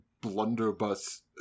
blunderbuss